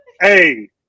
Hey